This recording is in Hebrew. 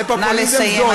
זה פופוליזם זול.